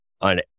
on